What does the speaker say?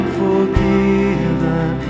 forgiven